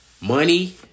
money